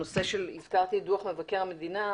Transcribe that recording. הזכרתי את דוח מבקר המדינה,